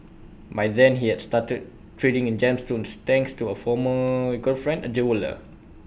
by then he had started trading in gemstones thanks to A former girlfriend A jeweller